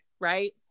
right